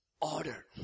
Order